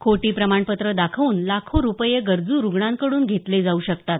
खोटी प्रमाणपत्रं दाखवून लाखो रुपये गरजू रुग्णांकडून घेतले जाऊ शकतात